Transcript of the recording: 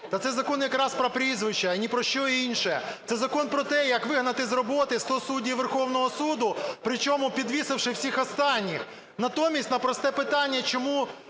Так це якраз закон про прізвище і ні про що інше. Це закон про те, як вигнати з роботи 100 суддів Верховного Суду, причому "підвісивши" всіх останніх. Натомість на просте питання, чому